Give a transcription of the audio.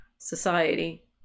society